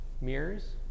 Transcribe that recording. mirrors